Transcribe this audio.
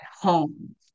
home